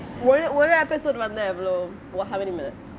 ஒரு ஒரு:oru oru episode வந்த எவ்வளோ:vanthaa evvalo wha~ how many minutes